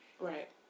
Right